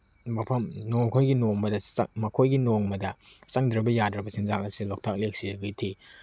ꯃꯐꯝ ꯃꯈꯣꯏꯒꯤ ꯅꯣꯡꯃꯗ ꯆꯪꯗ꯭ꯔꯕ ꯌꯥꯗ꯭ꯔꯕ ꯆꯤꯟꯖꯥꯛ ꯑꯁꯤ ꯂꯣꯛꯇꯥꯛ ꯂꯦꯛꯁꯤꯗꯒꯤ ꯊꯤ